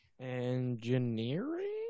Engineering